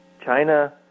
China